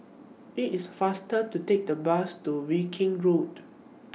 IT IS faster to Take The Bus to Viking Road